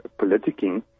politicking